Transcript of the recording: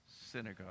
synagogue